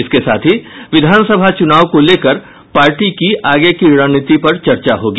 इसके साथ ही विधानसभा चुनाव को लेकर पार्टी की आगे की रणनीति पर चर्चा होगी